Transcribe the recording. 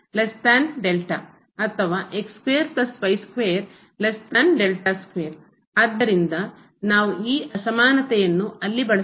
ಆದ್ದರಿಂದ ನಾವು ಈ ಅಸಮಾನತೆಯನ್ನು ಅಲ್ಲಿ ಬಳಸಬಹುದು